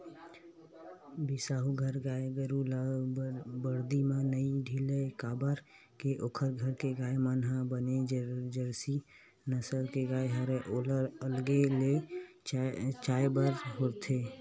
बिसाहू घर गाय गरु ल बरदी म नइ ढिलय काबर के ओखर घर के गाय मन ह बने जरसी नसल के गाय हरय ओला अलगे ले चराय बर होथे